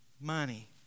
money